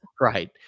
Right